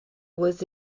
was